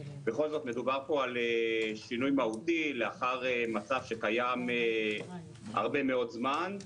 בכל זאת מדובר פה על שינוי מהותי לאחר מצב שקיים הרבה מאוד זמן,